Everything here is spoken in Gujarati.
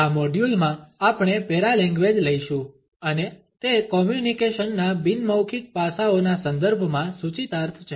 આ મોડ્યુલમાં આપણે પેરાલેંગ્વેજ લઈશું અને તે કોમ્યુનિકેશન ના બિન મૌખિક પાસાઓના સંદર્ભમાં સૂચિતાર્થ છે